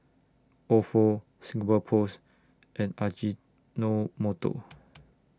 Ofo Singapore Post and Ajinomoto